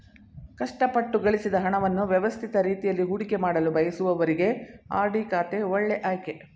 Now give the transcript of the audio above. ಕಷ್ಟಪಟ್ಟು ಗಳಿಸಿದ ಹಣವನ್ನು ವ್ಯವಸ್ಥಿತ ರೀತಿಯಲ್ಲಿ ಹೂಡಿಕೆಮಾಡಲು ಬಯಸುವವರಿಗೆ ಆರ್.ಡಿ ಖಾತೆ ಒಳ್ಳೆ ಆಯ್ಕೆ